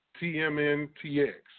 TMNTX